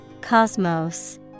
Cosmos